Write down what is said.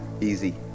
easy